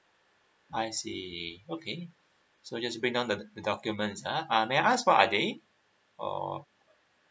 I see okay so just bring down the the documents ah uh may I ask where are they or